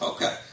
Okay